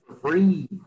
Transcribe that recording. free